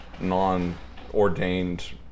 non-ordained